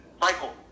Michael